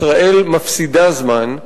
ישראל מפסידה זמן,